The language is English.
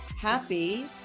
happy